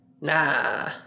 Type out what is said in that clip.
nah